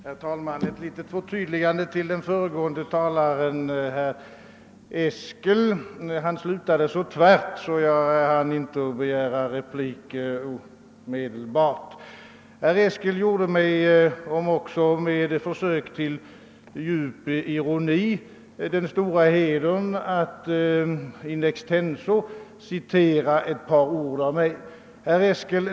Herr talman! Jag vill göra ett litet förtydligande för den tidigare talaren herr Eskel, som slutade så tvärt att jag inte omedelbart hann begära replik. Herr Eskel gjorde mig, om också med försök till djup ironi, den stora hedern att in extenso citera några ord som jag fällt.